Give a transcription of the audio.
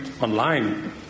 online